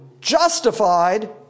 justified